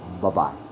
Bye-bye